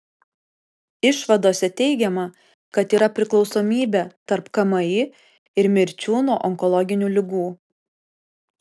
išvadose teigiama kad yra priklausomybė tarp kmi ir mirčių nuo onkologinių ligų